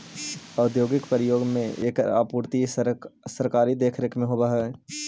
औद्योगिक प्रयोग में एकर आपूर्ति सरकारी देखरेख में होवऽ हइ